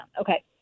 Okay